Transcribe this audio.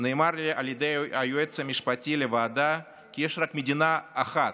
נאמר על ידי היועץ המשפטי לוועדה כי יש רק מדינה אחת,